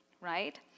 right